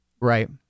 Right